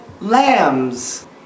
lambs